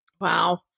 Wow